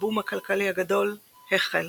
ה"בום הכלכלי הגדול" החל.